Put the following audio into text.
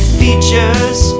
features